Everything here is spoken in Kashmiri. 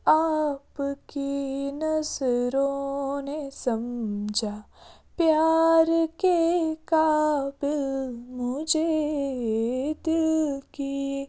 آپ کی نظروں نے سمجھا پیار کے قابل مجھے دل کی یہ